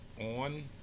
on